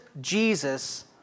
Jesus